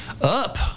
Up